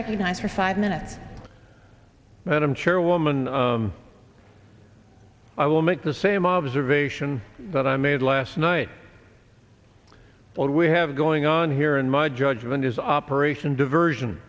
recognized for five minutes and i'm chairwoman i will make the same observation that i made last night all we have going on here in my judgment is operation diversion